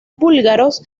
búlgaros